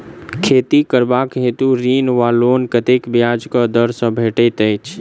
खेती करबाक हेतु ऋण वा लोन कतेक ब्याज केँ दर सँ भेटैत अछि?